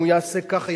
ואם הוא יעשה ככה,